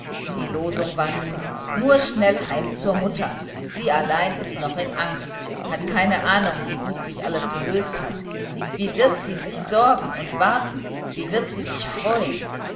die losung war nun nur schnell heim zur mutter sie allein ist noch in angst hat keine ahnung wie gut sich alles gelöst hat wie wird sie sorgen und warten wie wird sie sich freuen